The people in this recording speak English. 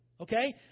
Okay